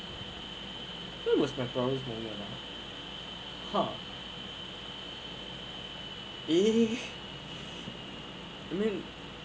when was my proudest moment ah ha !ee! I mean